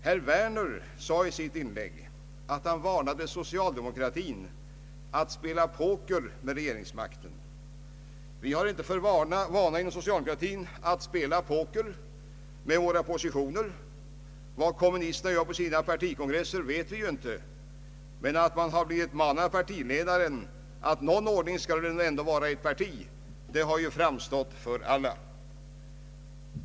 Herr Werner sade i sitt inlägg att han varnade socialdemokratin för att spela poker om regeringsmakten, Vi inom socialdemokratin har inte för vana att spela poker om våra positioner. Vad kommunisterna gör på sina partikongresser vet vi inte, men de har ju blivit förmanade av sin egen partiledare att det ändå måste vara någon ordning i ett parti.